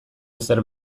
ezer